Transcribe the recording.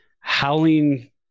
howling